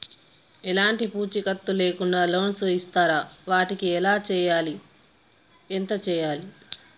ఎలాంటి పూచీకత్తు లేకుండా లోన్స్ ఇస్తారా వాటికి ఎలా చేయాలి ఎంత చేయాలి?